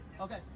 Okay